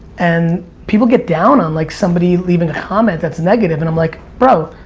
and people get down on like somebody leaving a comment that's negative and i'm like, bro,